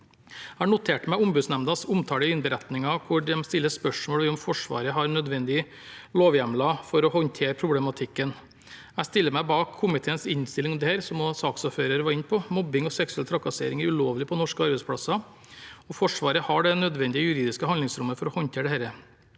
Jeg har notert meg Ombudsnemndas omtale i innberetningen hvor de stiller spørsmål ved om Forsvaret har nødvendige lovhjemler for å håndtere problematikken. Jeg stiller meg bak komiteens innstilling om dette, som også saksordføreren var inne på. Mobbing og seksuell trakassering er ulovlig på norske arbeidsplasser. Forsvaret har det nødvendige juridiske handlingsrommet for å håndtere dette.